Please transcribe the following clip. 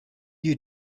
you